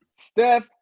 Steph